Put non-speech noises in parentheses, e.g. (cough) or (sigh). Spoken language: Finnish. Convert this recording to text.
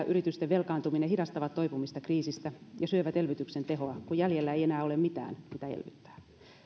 (unintelligible) yritysten velkaantuminen hidastavat toipumista kriisistä ja syövät elvytyksen tehoa kun jäljellä ei enää ole mitään mitä elvyttää